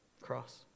Cross